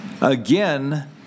Again